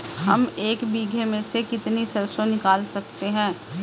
हम एक बीघे में से कितनी सरसों निकाल सकते हैं?